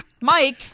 Mike